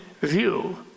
view